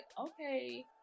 okay